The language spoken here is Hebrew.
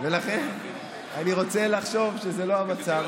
ולכן אני רוצה לחשוב שזה לא המצב.